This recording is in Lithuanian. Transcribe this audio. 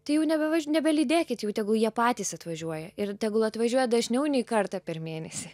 tai jau nebevaž nebelydėkit jų tegul jie patys atvažiuoja ir tegul atvažiuoja dažniau nei kartą per mėnesį